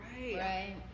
right